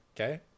Okay